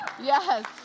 Yes